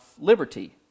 liberty